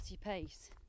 pace